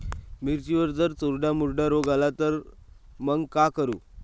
मिर्चीवर जर चुर्डा मुर्डा रोग आला त मंग का करू?